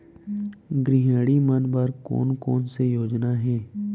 गृहिणी मन बर कोन कोन से योजना हे?